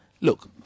Look